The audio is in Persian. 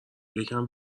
یکم